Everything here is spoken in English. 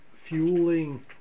fueling